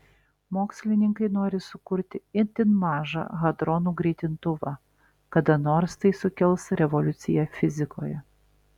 mokslininkai nori sukurti itin mažą hadronų greitintuvą kada nors tai sukels revoliuciją fizikoje